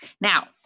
Now